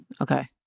Okay